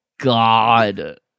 god